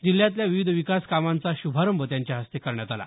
जिल्ह्यातल्या विविध विकास कामांचा श्भारंभ त्यांच्या हस्ते करण्यात आला